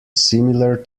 similar